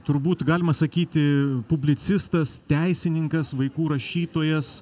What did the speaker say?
turbūt galima sakyti publicistas teisininkas vaikų rašytojas